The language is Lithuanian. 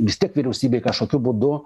vis tiek vyriausybei kažkokiu būdu